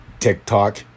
tiktok